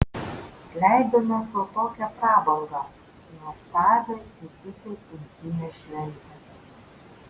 leidome sau tokią prabangą nuostabią ir itin intymią šventę